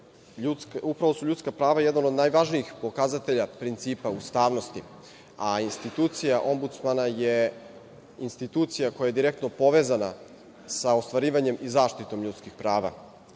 Upravo su ljudska prava jedan od najvažnijih pokazatelja principa ustavnosti, a institucija Ombudsmana je institucija koja je direktno povezana sa ostvarivanjem zaštite ljudskih prava. Od